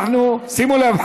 שימו לב,